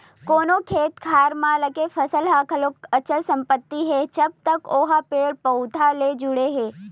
कोनो खेत खार म लगे फसल ह घलो अचल संपत्ति हे जब तक ओहा पेड़ पउधा ले जुड़े हे